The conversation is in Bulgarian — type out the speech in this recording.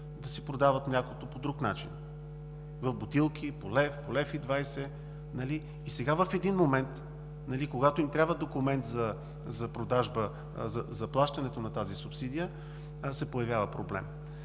да си продават млякото по друг начин – в бутилки по 1 лев, по 1,20, а сега в един момент, когато им трябва документ за продажбата, за плащането на тази субсидия, се появява проблем.